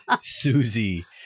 Susie